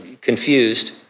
confused